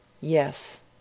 yes